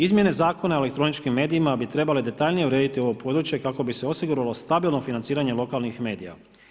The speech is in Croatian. Izmjene Zakona o elektroničkim medijima bi trebale detaljnije urediti ovo područje kako bi se osiguralo stabilno financiranje lokalnih medija.